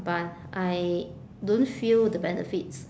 but I don't feel the benefits